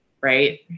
right